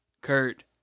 Kurt